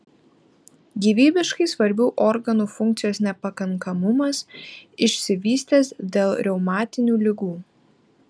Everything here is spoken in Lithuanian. gyvybiškai svarbių organų funkcijos nepakankamumas išsivystęs dėl reumatinių ligų